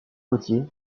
côtier